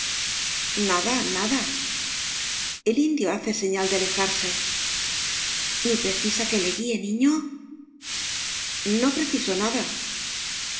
nada nada el indio hace señal de alejarse ni precisa que le guíe niño no preciso nada